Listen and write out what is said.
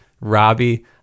robbie